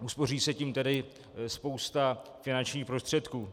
Uspoří se tím tedy spousta finančních prostředků.